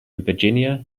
virginia